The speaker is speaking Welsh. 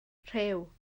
rhyw